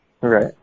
Right